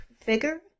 figure